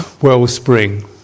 wellspring